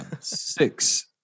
Six